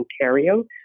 Ontario